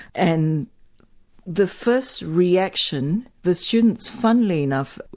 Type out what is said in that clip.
and the first reaction the students funnily enough,